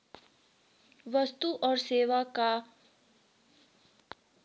वस्तु और सेवा कर का बंटवारा राज्य और केंद्र दोनों सरकार में होता है